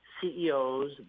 CEOs